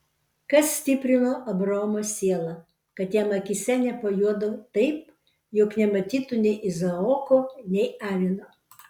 kas stiprino abraomo sielą kad jam akyse nepajuodo taip jog nematytų nei izaoko nei avino